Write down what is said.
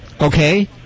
Okay